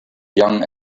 young